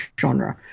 genre